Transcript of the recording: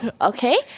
okay